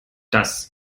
das